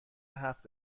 هفت